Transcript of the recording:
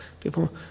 people